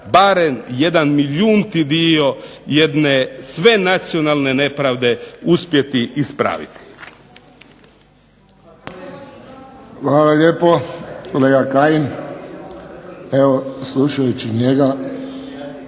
barem jedan milijunti dio jedne sve nacionalne nepravde uspjeti ispraviti.